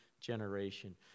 generation